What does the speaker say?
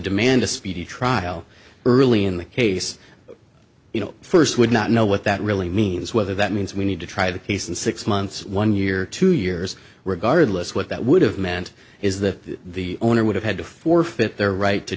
demand a speedy trial early in the case you know first would not know what that really means whether that means we need to try the case in six months one year two years regardless what that would have meant is that the owner would have had to forfeit their right to